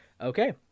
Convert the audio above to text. Okay